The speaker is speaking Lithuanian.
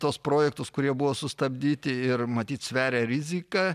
tuos projektus kurie buvo sustabdyti ir matyt sveria riziką